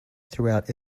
throughout